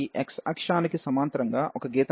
ఈ x అక్షానికి సమాంతరంగా ఒక గీతను గీయండి